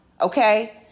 okay